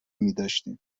میداشتیم